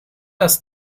das